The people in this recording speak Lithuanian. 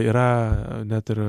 yra net ir